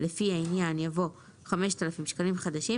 לפי העניין" יבוא "5,000 שקלים חדשים"